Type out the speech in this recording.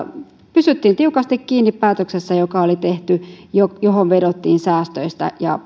pysyttiin tiukasti kiinni päätöksessä joka oli tehty jossa vedottiin säästöihin ja